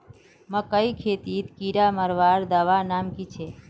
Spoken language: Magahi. मकई खेतीत कीड़ा मारवार दवा नाम की?